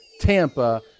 Tampa